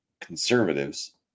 conservatives